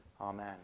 Amen